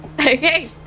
Okay